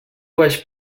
baix